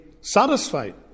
satisfied